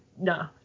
no